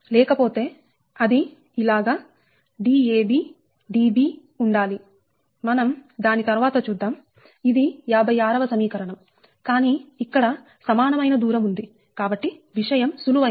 లేకపోతే అది ఇలాగ Dab Db ఉండాలి మనం దాని తర్వాత చూద్దాం ఇది 56 వ సమీకరణం కానీ ఇక్కడ సమానమైన దూరం ఉంది కాబట్టి విషయం సులువైనది